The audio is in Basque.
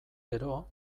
gero